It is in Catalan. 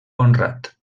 honrat